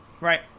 Right